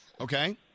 Okay